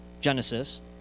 Genesis